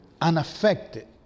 unaffected